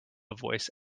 voice